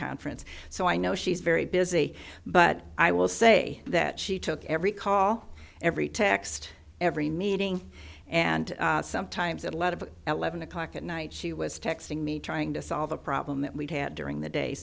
conference so i know she's very busy but i will say that she took every call every text every meeting and sometimes a lot of at eleven o'clock at night she was texting me trying to solve a problem that we had during the day